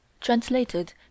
translated